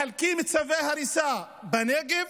מחלקים צווי הריסה בנגב,